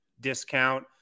discount